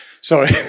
Sorry